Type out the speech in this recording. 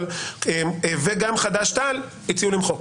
וגם חד"ש-תע"ל הציעו למחוק.